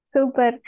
Super